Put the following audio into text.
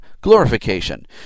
glorification